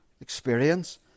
experience